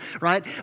Right